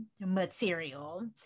material